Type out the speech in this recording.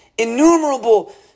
innumerable